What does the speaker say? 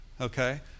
okay